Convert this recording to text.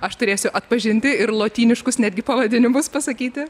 aš turėsiu atpažinti ir lotyniškus netgi pavadinimus pasakyti